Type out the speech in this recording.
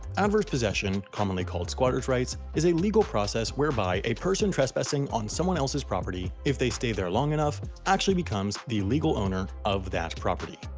adverse possession, commonly called squatter's rights, is a legal process whereby a person trespassing on someone else's property, if they stay there long enough, actually becomes the legal owner of that property.